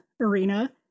arena